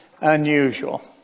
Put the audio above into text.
unusual